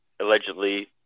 allegedly